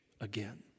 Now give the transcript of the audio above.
again